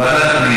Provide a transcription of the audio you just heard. ועדת הפנים.